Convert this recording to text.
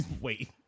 wait